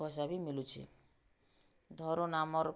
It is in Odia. ପଇସା ବି ମିଳୁଛି ଧରୁନ ଆମର୍